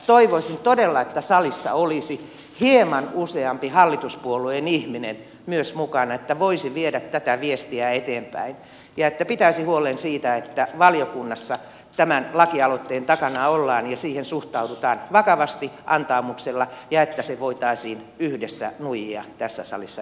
toivoisin todella että salissa olisi hieman useampi hallituspuolueen ihminen myös mukana että he voisivat viedä tätä viestiä eteenpäin ja pitäisivät huolen siitä että valiokunnassa tämän lakialoitteen takana ollaan ja siihen suhtaudutaan vakavasti antaumuksella ja että se voitaisiin yhdessä nuijia tässä salissa